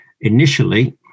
initially